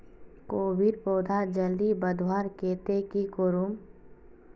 कोबीर पौधा जल्दी बढ़वार केते की करूम?